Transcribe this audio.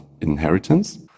inheritance